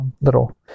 little